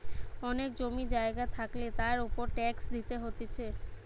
অনেক জমি জায়গা থাকলে তার উপর ট্যাক্স দিতে হতিছে